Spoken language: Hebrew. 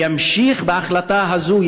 ימשיך בהחלטה הזאת,